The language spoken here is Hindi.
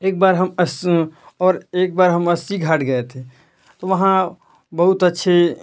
एक बार हम अस्स और एक बार हम अस्सी घाट गए थे तो वहाँ बहुत अच्छे